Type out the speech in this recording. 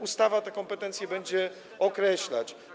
Ustawa te kompetencje będzie określać.